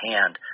Hand